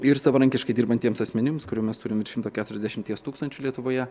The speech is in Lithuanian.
ir savarankiškai dirbantiems asmenims kurių mes turim virš šimto keturiasdešimties tūkstančių lietuvoje